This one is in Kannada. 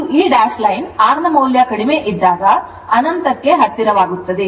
ಮತ್ತು ಈ ಡ್ಯಾಶ್ ಲೈನ್ R ನ ಮೌಲ್ಯಕಡಿಮೆ ಇದ್ದಾಗ ಅನಂತಕ್ಕೆ ಹತ್ತಿರವಾಗುತ್ತದೆ